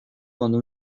cuando